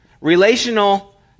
relational